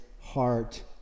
heart